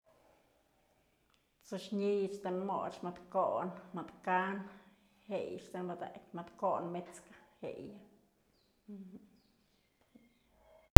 T'suy ni'iy të moch mëd ko'on, mëd kan jeyëch të padakyë, ko'on mët'skë jeyë.